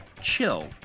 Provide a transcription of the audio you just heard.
chill